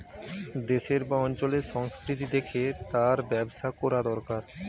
দেশের বা অঞ্চলের সংস্কৃতি দেখে তার ব্যবসা কোরা দোরকার